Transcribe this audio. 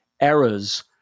errors